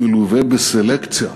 מלווה בסלקציה.